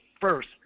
first